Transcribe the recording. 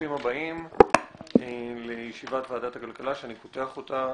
ברוכים הבאים לישיבת ועדת הכלכלה שאני פותח אותה.